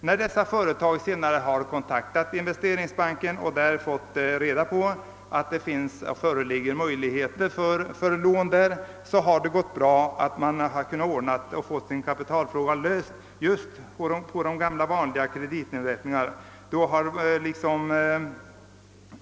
När dessa företagare sedan har kontaktat Investeringsbanken och fått veta att det finns möjligheter till lån där, har det gått bra att få kapitalfrågan löst just hos de gamla kreditinrättningarna.